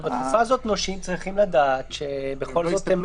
אבל בתקופה הזאת נושים צריכים לדעת שבכל זאת הם